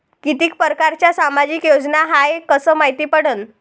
कितीक परकारच्या सामाजिक योजना हाय कस मायती पडन?